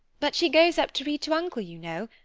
but she goes up to read to uncle, you know,